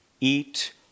Eat